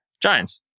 Giants